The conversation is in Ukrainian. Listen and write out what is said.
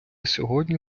сьогодні